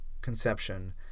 conception